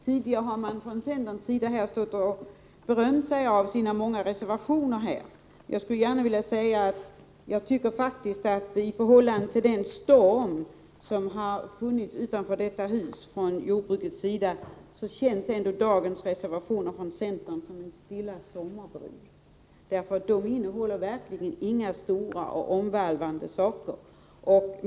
Tidigare har man från centerns sida stått och berömt sig för sina många reservationer. Jag tycker faktiskt att dagens centerreservationer känns som en stilla sommarbris med tanke på stormen från jordbrukets sida utanför det här huset. Reservationerna innehåller verkligen inga stora och omvälvande förslag.